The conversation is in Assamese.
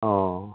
অঁ